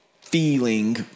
feeling